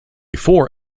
four